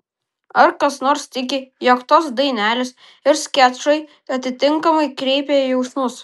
ar kas nors tiki jog tos dainelės ir skečai atitinkamai kreipia jausmus